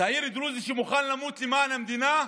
צעיר דרוזי שמוכן למות למען המדינה,